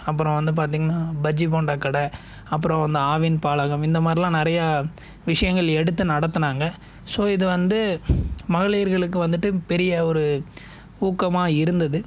அப்புறம் வந்து பார்த்திங்கன்னா பஜ்ஜி போண்டா கடை அப்புறம் அந்த ஆவின் பாலகம் இந்த மாதிரிலாம் நிறையா விஷயங்கள் எடுத்து நடத்தினாங்க ஸோ இது வந்து மகளிர்களுக்கு வந்துவிட்டு பெரிய ஒரு ஊக்கமாக இருந்தது